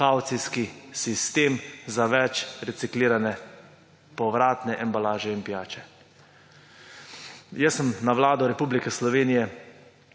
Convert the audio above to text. kavcijski sistem za več reciklirane povratne embalaže in pijače. Na Vlado Republike Slovenije